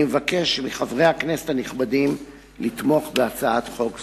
אני מבקש מחברי הכנסת הנכבדים לתמוך בהצעת חוק זו.